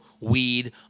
weed